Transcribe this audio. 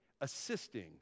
Assisting